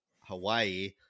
Hawaii